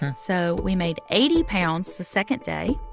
and so we made eighty pounds the second day.